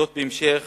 בהמשך